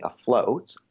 afloat